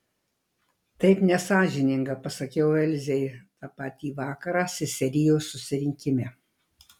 taip nesąžininga pasakiau elzei tą patį vakarą seserijos susirinkime